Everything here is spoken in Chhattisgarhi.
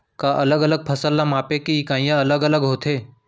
का अलग अलग फसल ला मापे के इकाइयां अलग अलग होथे?